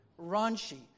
Raunchy